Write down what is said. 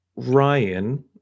Ryan